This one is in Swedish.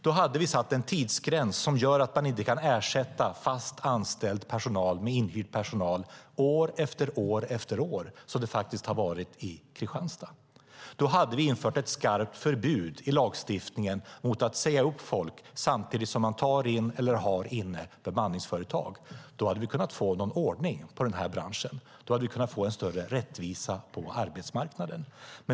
Då hade vi satt en tidsgräns som gör att man inte kan ersätta fast anställd personal med inhyrd personal år efter år, som man faktiskt har gjort i Kristianstad. Då hade vi infört ett skarpt förbud i lagstiftningen mot att säga upp folk samtidigt som man tar in eller har inne bemanningsföretag. Då hade vi kunnat få ordning på branschen. Då hade vi kunnat få större rättvisa på arbetsmarknaden.